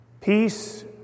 Peace